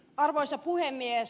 arvoisa puhemies